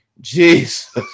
Jesus